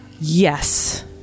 Yes